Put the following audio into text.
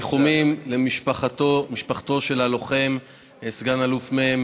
להצטרף לניחומים למשפחתו של הלוחם סא"ל מ',